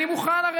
אני מוכן,